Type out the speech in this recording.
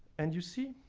and you see,